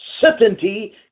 certainty